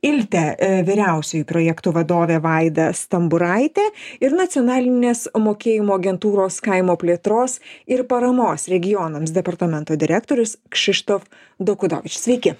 ilte vyriausioji projektų vadovė vaida stamburaitė ir nacionalinės mokėjimo agentūros kaimo plėtros ir paramos regionams departamento direktorius kšištof dokudovič sveiki